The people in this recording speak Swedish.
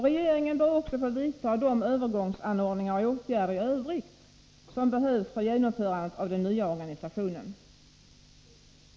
Regeringen bör också få vidta de övergångsanordningar och åtgärder i övrigt som behövs för genomförandet av den nya organisationen.